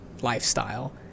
lifestyle